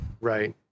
Right